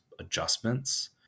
adjustments